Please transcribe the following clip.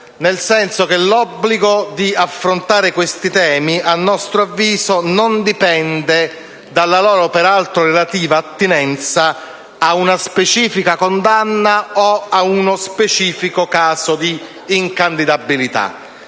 nel senso che l'obbligo di affrontare questi temi, a nostro avviso, non dipende dalla loro, peraltro relativa, attinenza a una specifica condanna o ad uno specifico caso di incandidabilità,